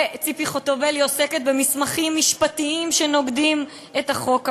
וציפי חוטובלי עוסקת במסמכים משפטיים שנוגדים את החוק הבין-לאומי.